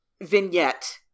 vignette